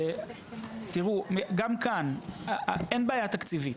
תראו, גם כאן, אין בעיה תקציבית.